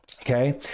Okay